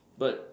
but